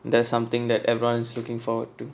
there's something that everyone's looking forward to